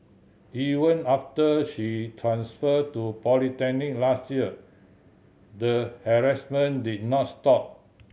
even after she transferred to polytechnic last year the harassment did not stop